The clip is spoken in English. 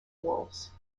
wolves